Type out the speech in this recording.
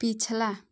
पिछला